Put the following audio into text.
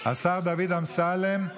השר דוד אמסלם,